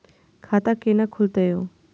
खाता केना खुलतै यो